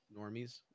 Normies